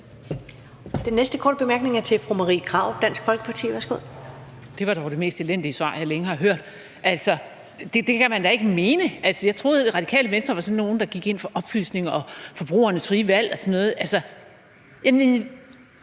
Det var dog det mest elendige svar, jeg længe har hørt. Altså, det kan man da ikke mene. Jeg troede, at Det Radikale Venstre var sådan nogle, der gik ind for oplysning og forbrugernes frie valg